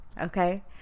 okay